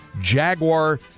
Jaguar